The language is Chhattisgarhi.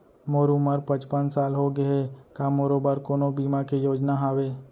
मोर उमर पचपन साल होगे हे, का मोरो बर कोनो बीमा के योजना हावे?